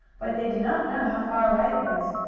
but they did not know how far away it was.